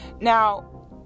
Now